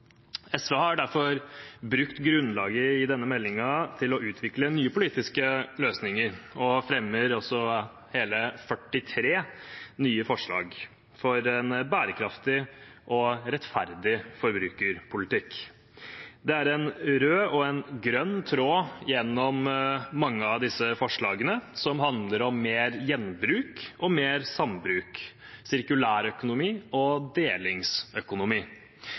SV har derfor brukt grunnlaget i denne meldingen til å utvikle nye politiske løsninger og er med på å fremme hele 41 nye forslag for en bærekraftig og rettferdig forbrukerpolitikk. Det er en rød og en grønn tråd gjennom mange av disse forslagene, som handler om mer gjenbruk og mer sambruk, sirkulærøkonomi og delingsøkonomi.